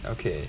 okay